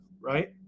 right